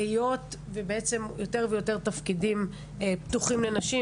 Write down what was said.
היות ובעצם יותר ויותר תפקידים פתוחים לנשים,